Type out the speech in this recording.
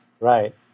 Right